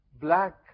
black